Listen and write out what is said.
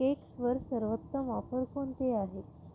केक्सवर सर्वोत्तम ऑफर कोणते आहेत